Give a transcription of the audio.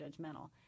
judgmental